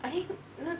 I think